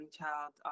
child